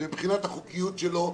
מבחינת החוקיות שלו,